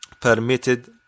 permitted